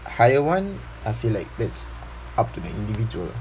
hire one I feel like that's up to the individual